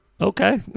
Okay